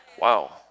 Wow